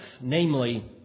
Namely